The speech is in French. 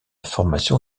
formation